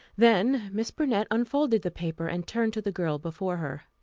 then miss burnett unfolded the paper and turned to the girl before her.